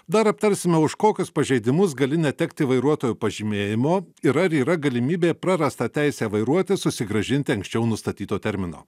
dar aptarsime už kokius pažeidimus gali netekti vairuotojo pažymėjimo ir ar yra galimybė prarastą teisę vairuoti susigrąžinti anksčiau nustatyto termino